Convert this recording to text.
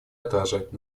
отражать